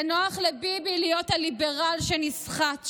זה נוח לביבי להיות הליברל שנסחט,